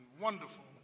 wonderful